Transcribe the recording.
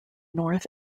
north